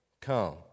Come